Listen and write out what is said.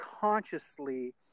consciously